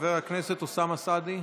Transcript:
חבר הכנסת אוסאמה סעדי.